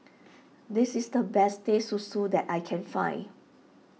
this is the best Teh Susu that I can find